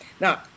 now